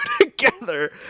together